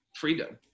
freedom